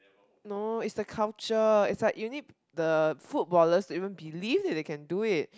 no it's the culture it's like you need the footballers to even believe that they can do it